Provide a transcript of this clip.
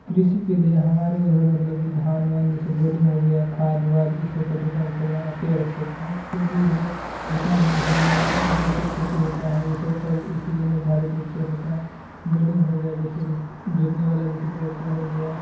कृषि के लिए हमारे उधर मतलब कि धान वान जैसे बोर्डिंग हो गया खाद वाद इन सब की दुकान खुलना अतिआवश्यक है क्योंकि इधर जितना भी धान वान जो सब खेती होती है वह सब सब इसी के निर्धारित रूप से होती है बोर्डिंग हो गया जैसे कि जोतने वाला जैसे ट्रेक्टर हो गया